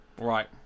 Right